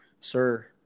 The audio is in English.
Sir